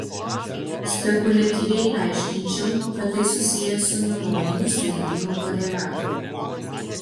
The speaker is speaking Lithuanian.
spekuliatyviai aiškinčiau kad tai susiję su neuroninių sprendimų koreliatu